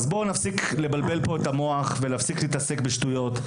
אז בואו נפסיק לבלבל פה את המוח ולהפסיק להתעסק בשטויות.